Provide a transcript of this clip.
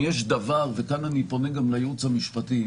כאן אני פונה גם לייעוץ המשפטי.